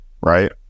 Right